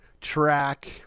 track